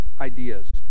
ideas